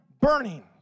burning